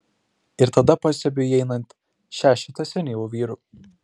ir tada pastebiu įeinant šešetą senyvų vyrų